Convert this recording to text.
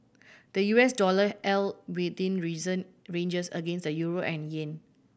the U S dollar held within recent ranges against the euro and yen